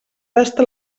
tasta